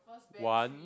one